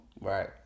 Right